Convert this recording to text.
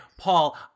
paul